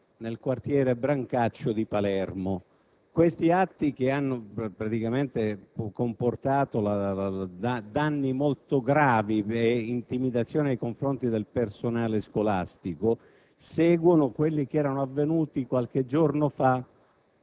intitolato a don Pino Puglisi, vittima della mafia, nel quartiere Brancaccio di Palermo. Questi atti, che hanno comportato danni molto gravi e intimidazioni nei confronti del personale scolastico,